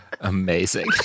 Amazing